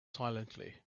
silently